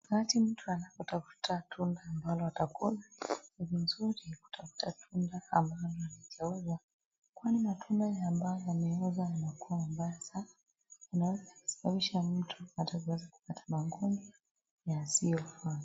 Wakati mtu anapotafuta tunda ambalo atakula, ni vizuri kutafta tunda ambalo halijaoza, kwani matunda ambayo yameoza yanakuwa mbaya sana, yanaweza kusababisha mtu hata aweze kupata magonjwa yasiyofaa.